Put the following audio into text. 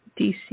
DC